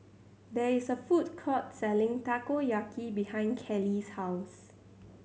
there is a food court selling Takoyaki behind Cali's house